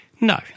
No